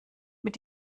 mit